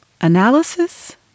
analysis